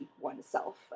oneself